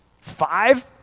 five